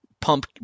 pump